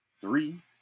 Three